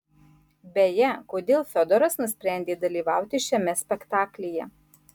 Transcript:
beje kodėl fiodoras nusprendė dalyvauti šiame spektaklyje